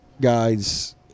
guys